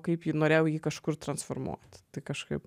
kaip jį norėjau jį kažkur transformuot tai kažkaip